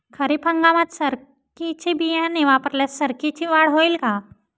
खरीप हंगामात सरकीचे बियाणे वापरल्यास सरकीची वाढ होईल का?